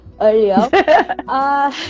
earlier